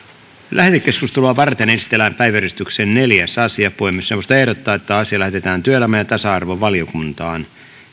lähetekeskustelua varten esitellään päiväjärjestyksen neljäs asia puhemiesneuvosto ehdottaa että asia lähetetään työelämä ja ja tasa arvovaliokuntaan